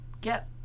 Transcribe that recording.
Get